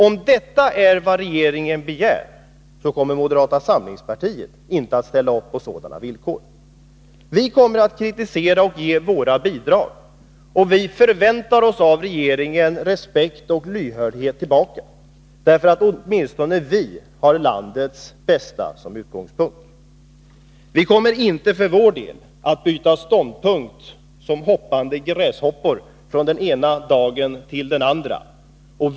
Om detta är vad regeringen begär, kommer moderata samlingspartiet inte att ställa upp på sådana villkor. Vi kommer att kritisera och ge våra bidrag, och vi förväntar oss av regeringen respekt och lyhördhet, för åtminstone vi har landets bästa som utgångspunkt. Vi kommer inte för vår del att byta ståndpunkt som hoppande gräshoppor, från den ena dagen till den andra.